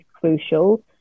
crucial